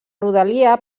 rodalia